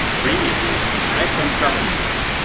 previously on lifetime travelmates